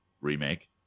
remake